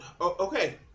okay